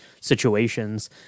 situations